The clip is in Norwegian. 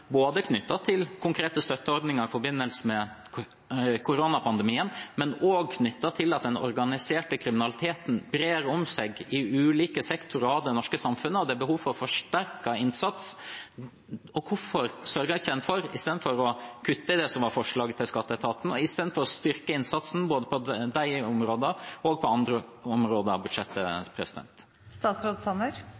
både knyttet til konkrete støtteordninger i forbindelse med koronapandemien og til at den organiserte kriminaliteten brer seg i ulike sektorer av det norske samfunnet, og det er behov for forsterket innsats. Hvorfor sørger en ikke for, istedenfor å kutte i forslaget til skatteetaten, heller å styrke innsatsen både på de områdene og på andre områder av budsjettet?